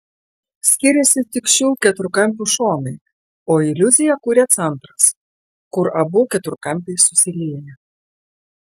skiriasi tik šių keturkampių šonai o iliuziją kuria centras kur abu keturkampiai susilieja